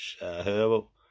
Herbal